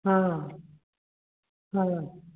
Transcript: हाँ हाँ